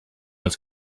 was